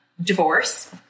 divorce